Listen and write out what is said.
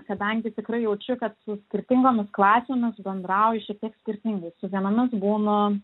kadangi tikrai jaučiu kad su skirtingomis klasėmis bendrauju tiek skirtingai su vienomis būnu